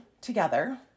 together